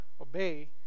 obey